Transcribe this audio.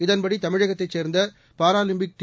இதன்படி தமிழகத்தைச் சேர்ந்த பாராலிம்பிக் டி